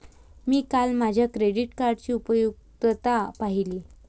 मी काल माझ्या क्रेडिट कार्डची उपयुक्तता पाहिली